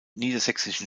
niedersächsischen